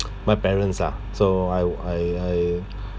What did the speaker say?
my parents lah so I would I I